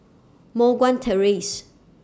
Moh Guan Terrace